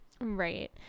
right